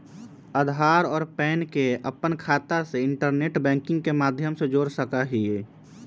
आधार और पैन के अपन खाता से इंटरनेट बैंकिंग के माध्यम से जोड़ सका हियी